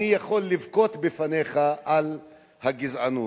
אני יכול לבכות בפניך על הגזענות,